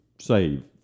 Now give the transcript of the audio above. save